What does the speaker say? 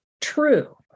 true